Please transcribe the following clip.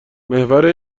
محور